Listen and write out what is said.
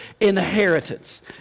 inheritance